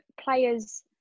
players